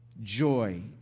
joy